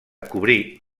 cobrir